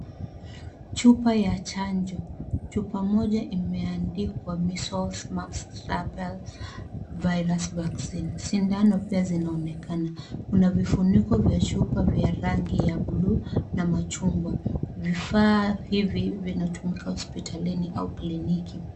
Chupa ya chanjo, chupa moja imeandikwa Measles, Mumps and Rubella virus vaccine . Sindano pia zinaonekana. Kuna vifuniko vya chupa vya rangi ya bluu na machungwa. Vifaa hivi vinatumika hospitalini au kliniki.